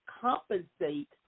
compensate